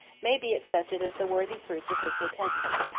may be accepted as the worthy fruits of his repentance.